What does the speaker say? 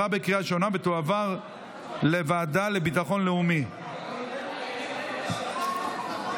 לוועדה לביטחון לאומי נתקבלה.